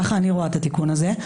כך אני רואה את התיקון הזה.